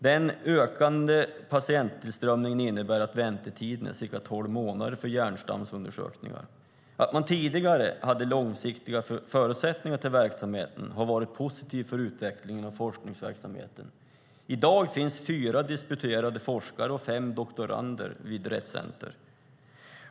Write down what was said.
Den ökande patienttillströmningen innebär att väntetiden är cirka tolv månader för hjärnstamsundersökningar. Att man tidigare hade långsiktiga förutsättningar för verksamheten har varit positivt för utvecklingen och forskningsverksamheten. I dag finns fyra disputerade forskare och fem doktorander vid Rett Center.